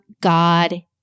God